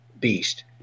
beast